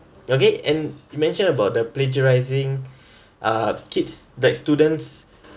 okay and you mention about the plagiarizing uh kids like students